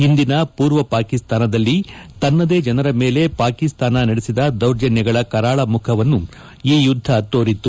ಹಿಂದಿನ ಪೂರ್ವ ಪಾಕಿಸ್ತಾನದಲ್ಲಿ ತನ್ನದೇ ಜನರ ಮೇಲೆ ಪಾಕಿಸ್ತಾನ ನಡೆಸಿದ ದೌರ್ಜನ್ವಗಳ ಕರಾಳ ಮುಖವನ್ನು ಈ ಯುದ್ಧ ತೋರಿತ್ತು